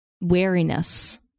wariness